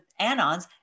Anons